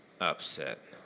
Upset